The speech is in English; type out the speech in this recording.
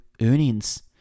earnings